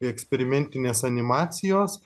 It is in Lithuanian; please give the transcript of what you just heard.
eksperimentinės animacijos